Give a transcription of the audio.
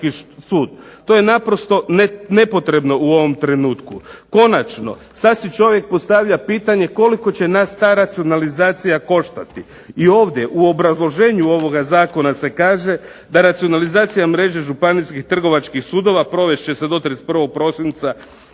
To je naprosto nepotrebno u ovom trenutku. Konačno, sad si čovjek postavlja pitanje koliko će nas ta racionalizacija koštati. I ovdje u obrazloženju ovoga zakona se kaže da racionalizacija mreže županijskih trgovačkih sudova provest će se do 31. prosinca